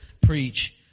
preach